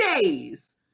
days